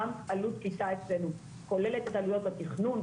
גם עלות כיתה אצלנו כוללת את עלויות התכנון,